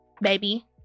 baby